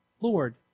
Lord